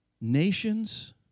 nations